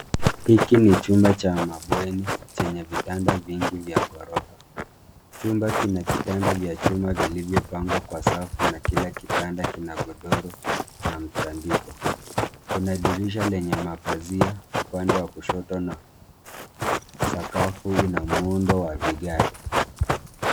Hiki ni chumba cha mabweni chenye vitanda vingi vya ghorofa. Chumba kina kitanda vya chuma vilivyopangwa kwa safu na kila kitanda kina godoro na mtandiko. Kuna dirisha lenye mapazia upande wa kushoto na sakafu ina muundo wa vigae.